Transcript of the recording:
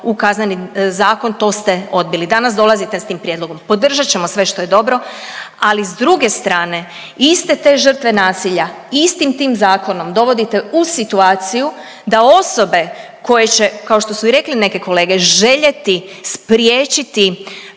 u Kazneni zakon to ste odbili, danas dolazite s tim prijedlogom. Podržat ćemo sve što je dobro, ali s druge strane iste te žrtve nasilja, istim tim zakona dovodite u situaciju da osobe koje će, kao što su i rekli neke kolege, željeti spriječiti